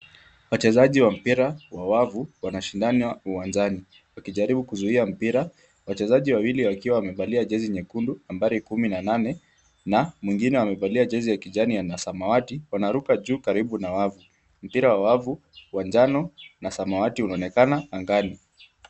Wachezaji wa mpira wa wavu wanashindana uwanjani wakijaribu kuzuia mpira, wachezaji wawili wakiwa wamevalia jezi nyekundu nambari kumi na nane na mwingine amevalia jezi ya kijani na samawati wanaruka juu karibu na wavu, mpira wa wavu wa njano na samawati unaonekana angani.